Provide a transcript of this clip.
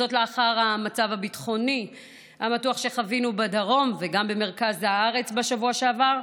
לאחר המצב הביטחוני המתוח שחווינו בדרום וגם במרכז הארץ בשבוע שעבר.